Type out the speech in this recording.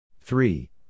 three